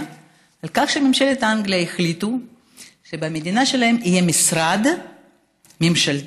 על כך שבממשלת אנגליה החליטו שבמדינה שלהם יהיה משרד ממשלתי,